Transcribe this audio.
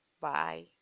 Bye